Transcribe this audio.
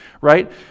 right